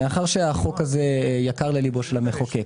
מאחר שהחוק הזה יקר לליבו של המחוקק